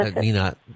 Nina